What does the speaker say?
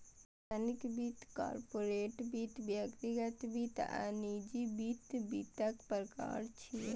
सार्वजनिक वित्त, कॉरपोरेट वित्त, व्यक्तिगत वित्त आ निजी वित्त वित्तक प्रकार छियै